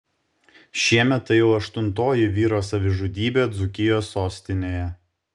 šiemet tai jau aštuntoji vyro savižudybė dzūkijos sostinėje